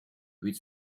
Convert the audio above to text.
with